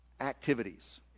activities